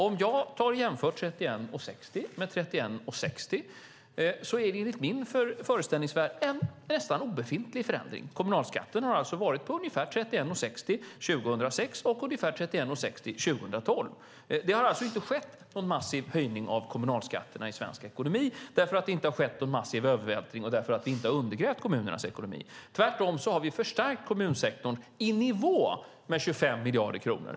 Om jag jämför 31:60 med 31:60 är det i min föreställningsvärld en nästan obefintlig förändring. Kommunalskatten har alltså legat på ungefär 31:60 år 2006 och ungefär 31:60 år 2012. Det har alltså inte skett någon massiv höjning av kommunalskatterna i svensk ekonomi därför att det inte har skett någon massiv övervältring och därför att vi inte har undergrävt kommunernas ekonomi. Vi har tvärtom förstärkt kommunsektorn i nivå med 25 miljarder kronor.